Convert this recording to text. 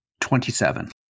Twenty-seven